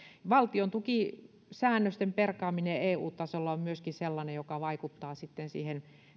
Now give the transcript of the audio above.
valtion tukisäännösten perkaaminen eu tasolla on sellainen joka vaikuttaa siihen